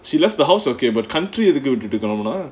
she left the house okay but country you have to go to the governor